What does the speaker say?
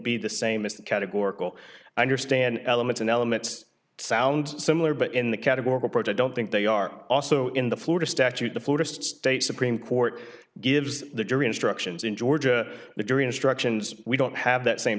be the same as categorical i understand elements and elements sound similar but in the categorical part i don't think they are also in the florida statute the florists state supreme court gives the jury instructions in georgia the jury instructions we don't have that same